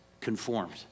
conformed